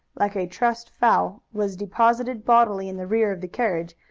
like a trussed fowl, was deposited bodily in the rear of the carriage,